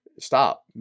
stop